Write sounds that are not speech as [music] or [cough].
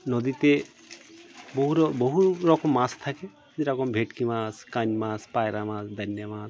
নদীতে বহু [unintelligible] বহু রকম মাছ থাকে যে রকম ভেটকি মাছ কান মাছ পায়রা মাছ দাননে মাছ